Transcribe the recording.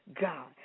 God